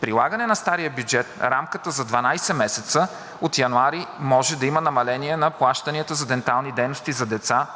прилагане на стария бюджет в рамката за 12 месеца от януари може да има намаление на плащанията за дентални дейности за деца